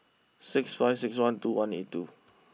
six five six one two one eight two